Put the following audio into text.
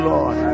Lord